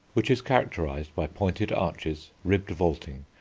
which is characterised by pointed arches, ribbed vaulting,